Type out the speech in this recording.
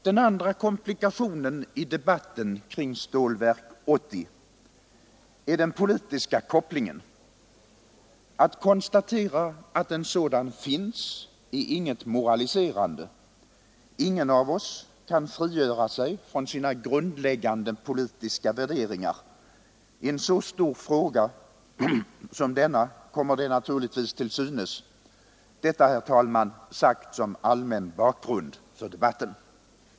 Den andra komplikationen i debatten kring Stålverk 80 är den politiska kopplingen. Att konstatera att en sådan finns är inget moraliserande. Ingen av oss kan frigöra sig från sina grundläggande politiska värderingar. I en så stor fråga som denna kommer de naturligtvis till synes. Detta, herr talman, sagt som allmän bakgrund för debatten.